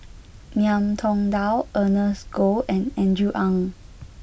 Ngiam Tong Dow Ernest Goh and Andrew Ang